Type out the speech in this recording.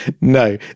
no